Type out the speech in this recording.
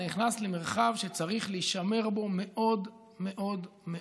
אתה נכנס למרחב שצריך להישמר בו מאוד מאוד מאוד.